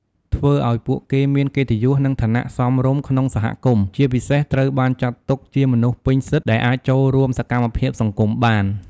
ធ្វើឲ្យពួកគេមានកិត្តិយស និងឋានៈសមរម្យក្នុងសហគមន៍ ជាពិសេសត្រូវបានចាត់ទុកជាមនុស្សពេញសិទ្ធិដែលអាចចូលរួមសកម្មភាពសង្គមបាន។